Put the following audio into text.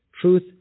Truth